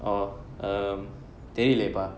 oh err தெரிலையே பா:therilaye paa